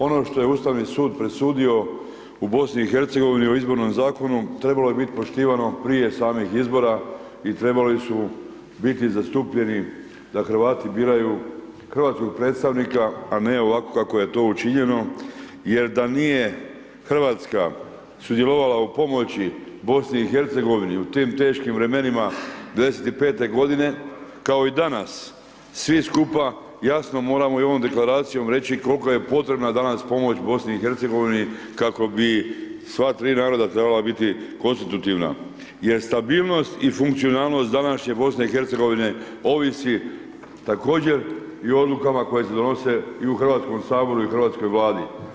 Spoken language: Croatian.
Ono što je Ustavni sud presudio u BiH-u u Izbornom zakonu, trebalo je biti poštivano prije samih izbora i trebali su biti zastupljeni da Hrvati biraju hrvatskog predstavnika a ne ovako kako je to učinjeno jer da nije Hrvatska sudjelovala u pomoći BiH-u, u tim teškim vremenima '95. g., kao i danas svi skupa jasno moramo i ovom deklaracijom reći koliko je potrebna danas pomoć BiH-u kako bi sva tri naroda trebala biti konstitutivna jer stabilnost i funkcionalnost današnje BiH-a ovisi također i o odlukama koje se donose i u Hrvatskom saboru i hrvatskoj Vladi.